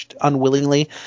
unwillingly